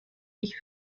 ich